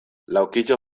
laukitxo